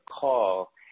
call